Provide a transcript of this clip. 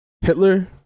Hitler